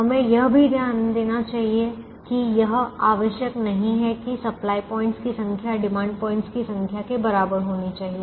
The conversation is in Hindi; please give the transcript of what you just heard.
हमें यह भी ध्यान देना चाहिए कि यह आवश्यक नहीं है कि सप्लाय पॉइंटस की संख्या डिमांड पॉइंटस की संख्या के बराबर होनी चाहिए